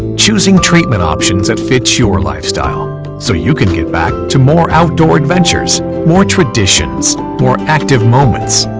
choosing treatment options that fit your lifestyle so you can get back to more outdoor adventures, more traditions, more active moments,